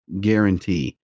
guarantee